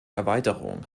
erweiterung